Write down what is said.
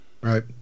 Right